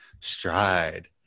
stride